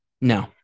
No